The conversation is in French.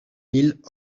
mille